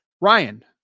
Ryan